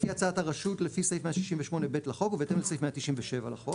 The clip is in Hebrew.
לפי הצעת הרשות לפי סעיף 168(ב) לחוק ובהתאם לסעיף 197 לחוק,